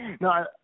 No